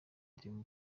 dream